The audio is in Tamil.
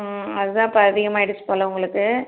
ம் அதுதான் இப்போ அதிகமாயிடுச்சு போல் உங்களுக்கு